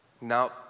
now